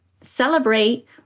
celebrate